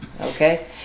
Okay